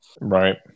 Right